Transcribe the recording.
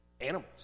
animals